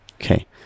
Okay